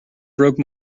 broke